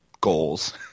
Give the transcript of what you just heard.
goals